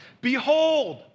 Behold